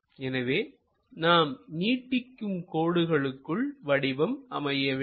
எனவே நாம் நீட்டிக்கும் கோடுகளுக்குள் வடிவம் அமைய வேண்டும்